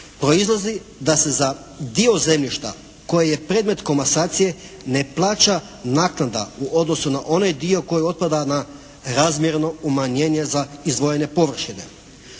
proizlazi da se za dio zemljišta koje je predmet komasacije ne plaća naknada u odnosu na onaj dio koji otpada na razmjerno umanjenje za izdvojene površine.